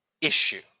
issue